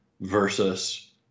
versus